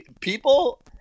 people